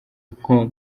nko